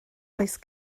oes